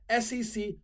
SEC